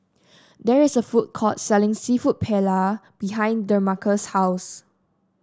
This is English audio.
there is a food court selling seafood Paella behind Demarcus' house